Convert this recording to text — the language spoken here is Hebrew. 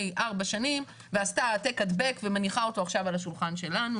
ארבע שנים ועשתה העתק הדבק ומניחה אותו עכשיו על השולחן שלנו.